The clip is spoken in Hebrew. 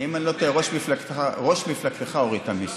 אם אני לא טועה, ראש מפלגתך הוריד את המיסוי.